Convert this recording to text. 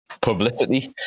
publicity